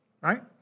right